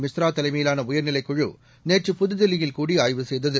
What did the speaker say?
மிஸ்ரா தலைமையிலான உயர்நிலைக் குழு நேற்று புதுதில்லியில் கூடி ஆய்வு செய்தது